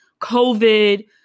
COVID